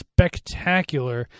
Spectacular